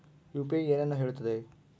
UPI ಏನನ್ನು ಹೇಳುತ್ತದೆ?